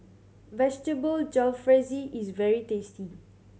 Vegetable Jalfrezi is very tasty